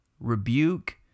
rebuke